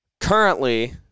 Currently